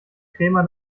krämer